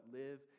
live